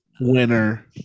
winner